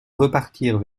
repartirent